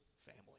family